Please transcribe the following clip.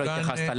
לא התייחסת.